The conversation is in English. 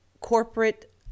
corporate